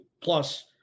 Plus